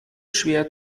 schwer